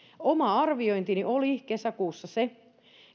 oma arviointini oli kesäkuussa se